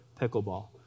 pickleball